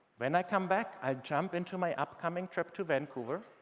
when i come back, i'll jump into my upcoming trip to vancouver.